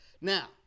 Now